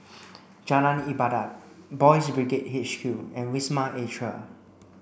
Jalan Ibadat Boys' Brigade H Q and Wisma Atria